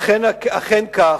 אכן כך.